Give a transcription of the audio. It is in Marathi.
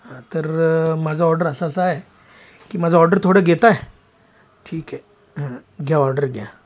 हा तर माझं ऑर्डर असं असं आहे की माझं ऑर्डर थोडं घेत आहे ठीक आहे हं घ्या ऑर्डर घ्या